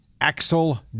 Axel